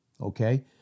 okay